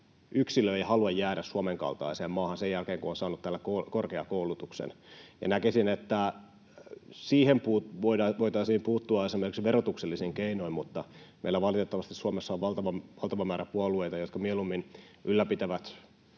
yksilö ei halua jäädä Suomen kaltaiseen maahan sen jälkeen, kun on saanut täällä korkeakoulutuksen. Näkisin, että siihen voitaisiin puuttua esimerkiksi verotuksellisin keinoin, mutta meillä valitettavasti Suomessa on valtava määrä puolueita, jotka mieluummin ylläpitävät